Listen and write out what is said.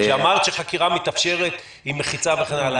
אמרת שחקירה מתאפשרת עם מחיצה וכן הלאה.